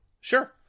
Sure